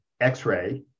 X-ray